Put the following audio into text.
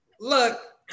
Look